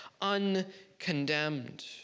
uncondemned